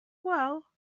well